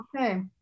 okay